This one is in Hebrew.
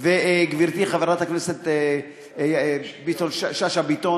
וגברתי חברת הכנסת שאשא ביטון,